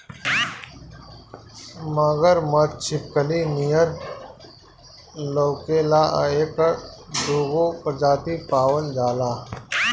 मगरमच्छ छिपकली नियर लउकेला आ एकर दूगो प्रजाति पावल जाला